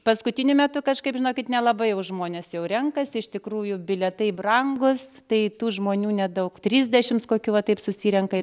paskutiniu metu kažkaip žinokit nelabai jau žmonės jau renkasi iš tikrųjų bilietai brangūs tai tų žmonių nedaug trisdešimts kokių va taip susirenka